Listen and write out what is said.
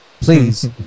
Please